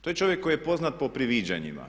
To je čovjek koji je poznat po priviđanjima.